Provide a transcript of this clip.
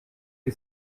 que